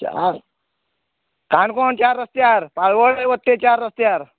चार कोणकोण चार रस्त्यार बाळवण्या वयता थंय चार रस्त्यार